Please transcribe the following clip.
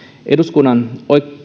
eduskunnan